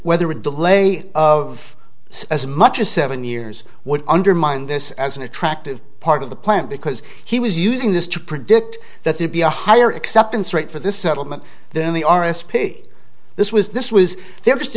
whether a delay of this as much as seven years would undermine this as an attractive part of the plan because he was using this to predict that there be a higher acceptance rate for this settlement then the r s p b this was this was there just